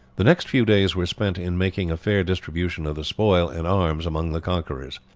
the next few days were spent in making a fair distribution of the spoil and arms among the conquerors.